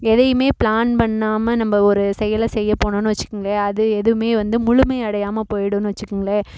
எதையுமே பிளான் பண்ணாமல் நம்ம ஒரு செயலை செய்ய போனோம்னு வச்சிக்கோங்களேன் அது எதுவுமே வந்து முழுமை அடையாமல் போயிடுன்னு வச்சிக்கோங்களேன்